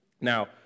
now